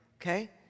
okay